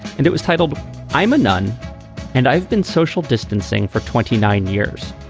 and it was titled i'm a nun and i've been social distancing for twenty nine years.